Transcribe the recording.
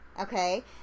okay